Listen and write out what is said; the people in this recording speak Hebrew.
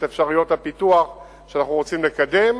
את אפשרויות הפיתוח שאנחנו רוצים לקדם,